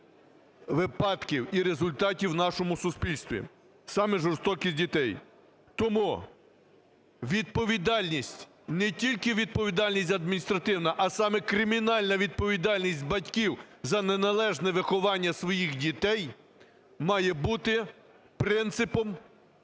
випадків і результатів в нашому суспільстві, саме жорстокість дітей. Тому відповідальність, не тільки відповідальність адміністративна, а саме кримінальна відповідальність батьків за неналежне виховання своїх дітей має бути принципом